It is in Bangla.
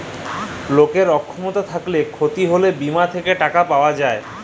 লকের অক্ষমতা থ্যাইকলে ক্ষতি হ্যইলে বীমা থ্যাইকে টাকা পায়